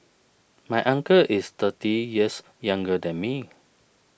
my uncle is thirty years younger than me